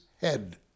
head